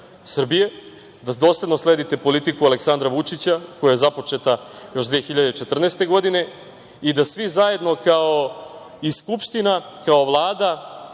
da dosledno sledite politiku Aleksandra Vučića koja je započeta još 2014. godine i da svi zajedno, kao i Skupština, kao Vlada,